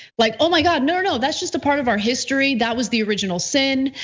like ah my god, no, no, that's just a part of our history. that was the original sin.